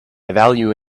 value